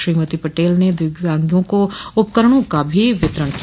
श्रीमती पटेल ने द्विव्यांगों को उपकरणों का भी वितरण किया